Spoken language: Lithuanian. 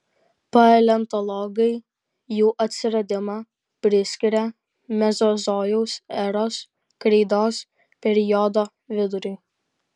paleontologai jų atsiradimą priskiria mezozojaus eros kreidos periodo viduriui